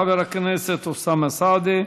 תודה לחבר הכנסת אוסאמה סעדי.